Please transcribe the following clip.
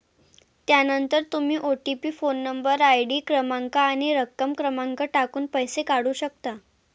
त्यानंतर तुम्ही OTP phone number, ID क्रमांक आणि रक्कम क्रमांक टाकून पैसे काढू शकता